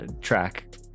track